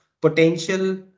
potential